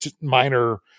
minor